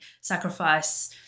sacrifice